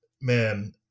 man